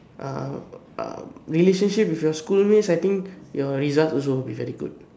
a a relationship with your schoolmate I think your result will also be very good